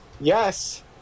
Yes